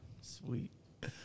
Sweet